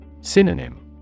Synonym